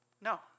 No